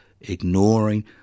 ignoring